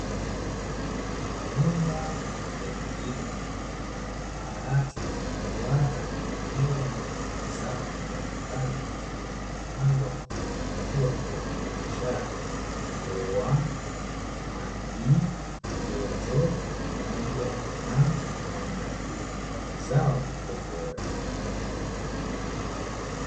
Nyumba ya kilimo ambayo paa lake lina duara, ikiwa na mazao mbalimbali yanayopandwa kwa kudhibitiwa kiwango cha hewa, maji, joto pamoja na mwanga ili kupata zao lililo bora.